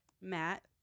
Matt